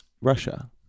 Russia